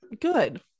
Good